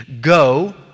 go